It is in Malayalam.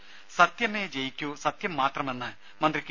രുമ സത്യമേ ജയിക്കൂ സത്യം മാത്രമെന്ന് മന്ത്രി കെ